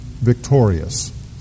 Victorious